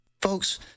Folks